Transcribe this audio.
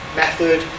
method